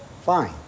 fine